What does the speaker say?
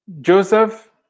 Joseph